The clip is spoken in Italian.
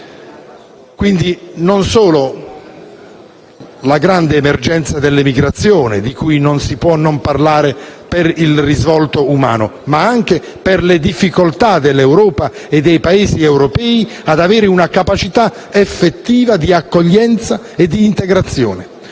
Non vi è solo la grande emergenza dell'immigrazione, di cui non si può non parlare per il risvolto umano, ma anche per la difficoltà dell'Europa e dei Paesi europei ad avere una capacità effettiva di accoglienza e di integrazione.